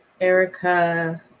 Erica